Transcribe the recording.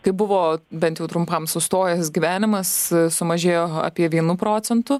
kai buvo bent jau trumpam sustojęs gyvenimas sumažėjo apie vienu procentu